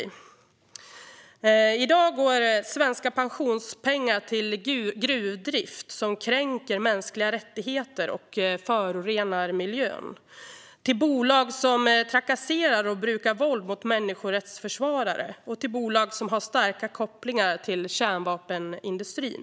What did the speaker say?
I dag går svenska pensionspengar till gruvdrift som kränker mänskliga rättigheter och förorenar miljön, till bolag som trakasserar och brukar våld mot människorättsförsvarare och till bolag som har starka kopplingar till kärnvapenindustrin.